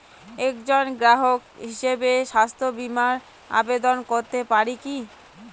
একজন গ্রাহক হিসাবে স্বাস্থ্য বিমার আবেদন করতে পারি কি?